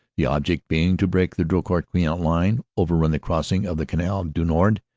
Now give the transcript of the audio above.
the object being to break the drocourt-queant line, overrun the crossings of the canal du nord,